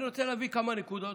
אני רוצה להביא כמה נקודות.